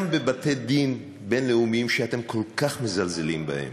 גם בבתי-דין בין-לאומיים, שאתם כל כך מזלזלים בהם